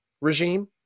regime